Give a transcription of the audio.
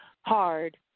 hard